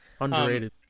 Underrated